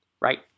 right